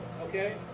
Okay